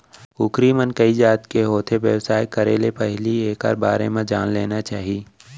कुकरी मन कइ जात के होथे, बेवसाय करे ले पहिली एकर बारे म जान लेना चाही